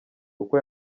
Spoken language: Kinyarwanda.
uko